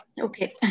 Okay